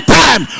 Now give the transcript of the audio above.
time